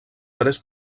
tres